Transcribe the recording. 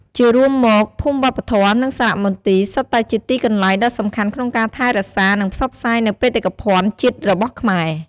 ជារួមមក ភូមិវប្បធម៌ និងសារមន្ទីរ សុទ្ធតែជាទីកន្លែងដ៏សំខាន់ក្នុងការថែរក្សា និងផ្សព្វផ្សាយនូវបេតិកភណ្ឌជាតិរបស់ខ្មែរ។